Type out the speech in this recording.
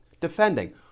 defending